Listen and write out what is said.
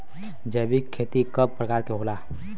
जैविक खेती कव प्रकार के होला?